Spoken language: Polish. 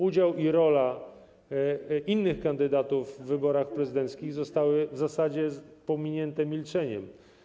Udział i rola innych kandydatów w wyborach prezydenckich zostały w zasadzie pominięte milczeniem.